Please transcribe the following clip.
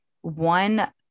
one